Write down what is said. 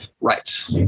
Right